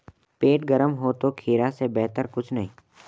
पेट गर्म हो तो खीरा से बेहतर कुछ नहीं